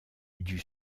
dut